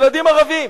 ילדים ערבים.